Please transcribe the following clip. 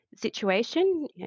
situation